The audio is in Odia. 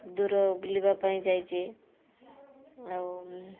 ଦୂର ବୁଲିବା ପାଇଁ ଯାଇଛି ଆଉ